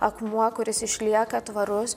akmuo kuris išlieka tvarus